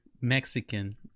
Mexican